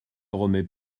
remets